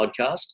podcast